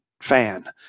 fan